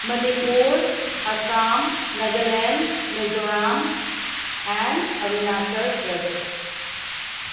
Manipur Assam Nagaland Mizoram and Arunachal Pradesh